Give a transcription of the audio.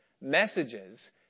messages